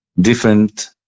Different